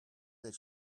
that